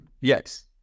Yes